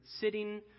sitting